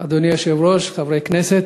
אדוני היושב-ראש, חברי הכנסת,